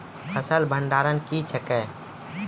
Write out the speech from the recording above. फसल भंडारण क्या हैं?